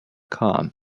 com